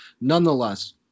nonetheless